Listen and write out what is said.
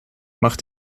mach